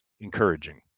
encouraging